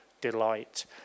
delight